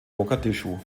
mogadischu